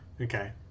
okay